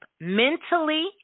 mentally